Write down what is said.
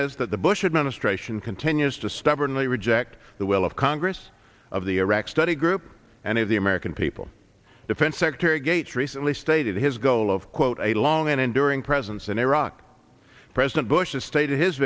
is that the bush administration continues to stubbornly reject the will of congress of the iraq study group and of the american people defense secretary gates recently stated his goal of quote a long and enduring presence in iraq president bush has stated his